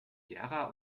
gera